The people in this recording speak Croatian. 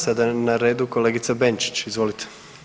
Sada je na redu kolegica Benčić, izvolite.